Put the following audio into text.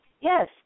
yes